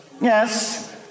Yes